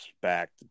back